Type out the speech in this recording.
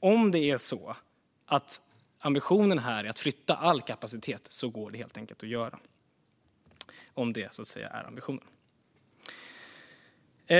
Om ambitionen är att flytta all kapacitet går det att göra. Fru talman!